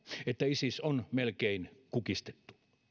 että isis on melkein kukistettu